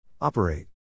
Operate